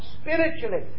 spiritually